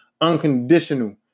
Unconditional